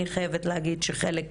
אני חייבת להגיד שקיבלנו חלק